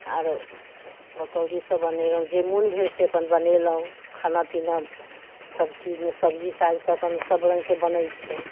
आरो पकोड़ी सभ बनेलहुँ जे मन भेल से अपन बनेलहुँ खाना पीना सब्जीमे सब्जी साग तऽ अपन सभ रङ्गके बनैत छै